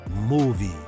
movie